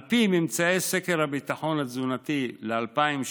על פי ממצאי סקר הביטחון התזונתי ל-2016,